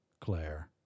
Claire